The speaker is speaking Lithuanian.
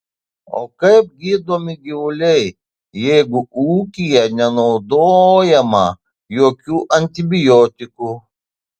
o kaip gydomi gyvuliai jeigu ūkyje nenaudojama jokių antibiotikų